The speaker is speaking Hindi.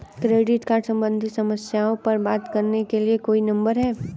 क्रेडिट कार्ड सम्बंधित समस्याओं पर बात करने के लिए कोई नंबर है?